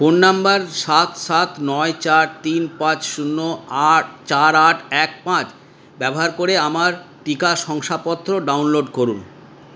phone number সাত সাত নয় চার তিন পাঁচ শূন্য আট চার আট এক পাঁচ ব্যবহার করে আমার টিকা শংসাপত্র ডাউনলোড করুন